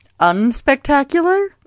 Unspectacular